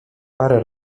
parę